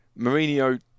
Mourinho